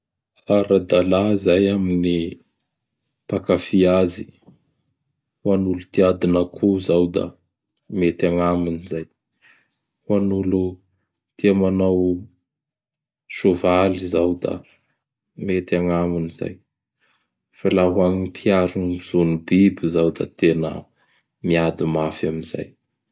Ara-dalà zay amin' ny mpankafy azy. Ho an'olo tia adin'akoho zao da mety agnaminy zay. Ho an'olo tia manao soavaly zao da mety agnaminy zay. Fa laha ho an gny mpiaro gny zo gny biby zao; da tena miady mafy amin'izay.